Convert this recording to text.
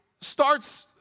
starts